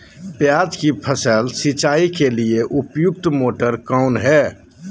प्याज की फसल सिंचाई के लिए उपयुक्त मोटर कौन है?